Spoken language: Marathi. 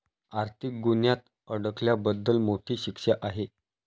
आर्थिक गुन्ह्यात अडकल्याबद्दल मोठी शिक्षा आहे